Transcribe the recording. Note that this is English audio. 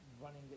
running